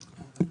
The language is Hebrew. שאלת תם.